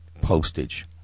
postage